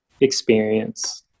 experience